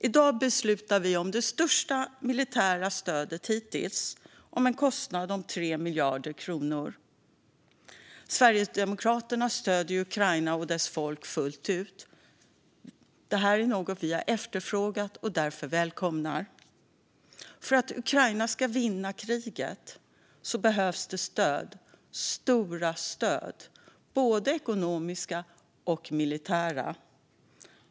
I dag beslutar vi om det största militära stödet hittills till en kostnad av 3 miljarder kronor. Sverigedemokraterna stöder Ukraina och dess folk full ut. Det är något vi har efterfrågat och därför välkomnar. För att Ukraina ska vinna kriget behövs stöd, stora stöd, både ekonomiska och militära.